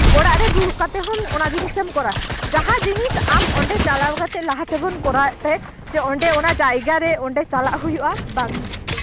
ᱚᱲᱟᱜ ᱨᱮ ᱫᱩᱲᱩᱵ ᱠᱟᱛᱮ ᱦᱚᱸ ᱚᱱᱟ ᱡᱤᱱᱤᱥ ᱮᱢ ᱠᱚᱨᱟᱣᱟ ᱡᱟᱦᱟᱸ ᱡᱤᱱᱤᱥ ᱟᱢ ᱚᱸᱰᱮ ᱪᱟᱞᱟᱣ ᱠᱟᱛᱮᱜ ᱞᱟᱦᱟ ᱛᱮᱵᱚᱱ ᱠᱚᱨᱟᱣ ᱛᱟᱦᱮᱸᱜ ᱚᱸᱰᱮ ᱚᱱᱟ ᱡᱟᱭᱜᱟᱨᱮ ᱚᱸᱰᱮ ᱪᱟᱞᱟᱣ ᱦᱩᱭᱩᱜᱼᱟ ᱵᱟᱝ